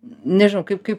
nežinau kaip kaip